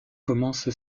commence